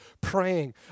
praying